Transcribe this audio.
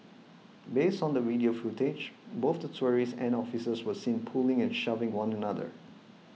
based on the video footage both the tourists and officers were seen pulling and shoving one another